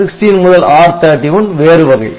R16 முதல் R31 வேறு வகை